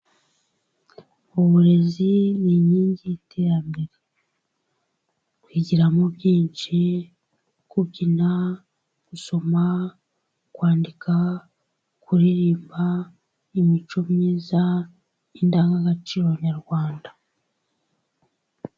Uburezi ni inkingi y'iterambere. Twigiramo byinshi: kubyina, gusoma, kwandika, kuririmba, imico myiza, indangagaciro nyarwanda.